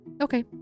Okay